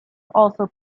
also